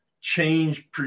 change